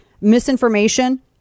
misinformation